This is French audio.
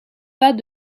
pas